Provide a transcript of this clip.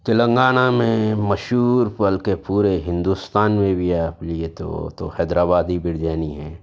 تلنگانہ میں مشہور بلکہ پورے ہندوستان میں بھی آپ لیجیے تو تو حیدر آبادی بریانی ہے